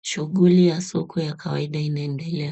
Shunguli ya soko ya kawaida inaendelea.